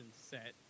set